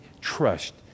trust